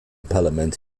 parlament